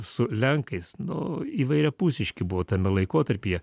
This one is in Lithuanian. su lenkais nu įvairiapusiški buvo tame laikotarpyje